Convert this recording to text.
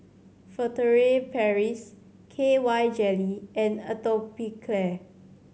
Furtere Paris K Y Jelly and Atopiclair